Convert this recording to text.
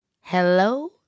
Hello